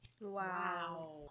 Wow